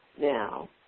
now